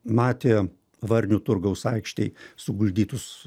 matė varnių turgaus aikštėj suguldytus